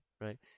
right